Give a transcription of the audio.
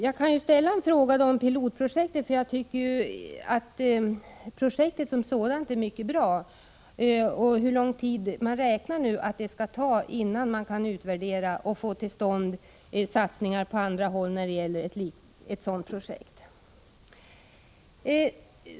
Jag skall ställa en fråga om pilotprojektet, eftersom jag tycker att projektet som sådant är mycket bra. Hur lång tid räknar man med att det skall ta innan man kan utvärdera och få till stånd satsningar på andra håll när det gäller ett sådant projekt?